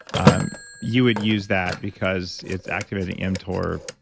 um you would use that because it's activating mtor.